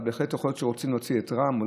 אבל בהחלט יכול להיות שרוצים להוציא את רע"מ,